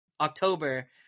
October